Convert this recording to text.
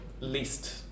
least